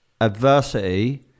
Adversity